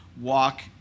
walk